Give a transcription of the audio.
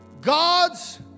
God's